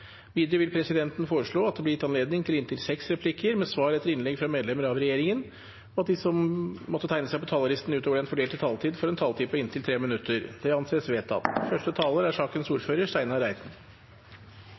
Videre vil presidenten foreslå at det blir gitt anledning til replikkordskifte på inntil seks replikker med svar etter innlegg fra medlemmer av regjeringen, og at de som måtte tegne seg på talerlisten utover den fordelte taletid, får en taletid på inntil 3 minutter. – Det anses vedtatt.